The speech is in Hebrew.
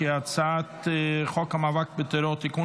ההצעה להעביר את הצעת חוק המאבק בטרור (תיקון,